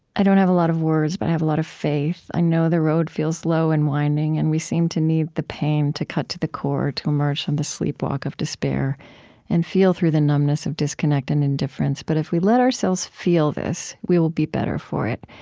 i don't have a lot of words, but i have a lot of faith. i know the road feels low and winding, and we seem to need the pain to cut to the core to emerge from the sleepwalk of despair and feel through the numbness of disconnect and indifference. but if we let ourselves feel this, we will be better for it.